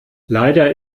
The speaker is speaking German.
leider